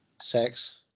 Sex